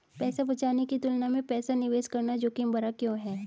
पैसा बचाने की तुलना में पैसा निवेश करना जोखिम भरा क्यों है?